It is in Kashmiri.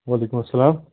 وعلیکُم اسلام